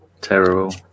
terrible